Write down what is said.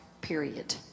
period